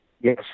Yes